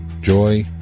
joy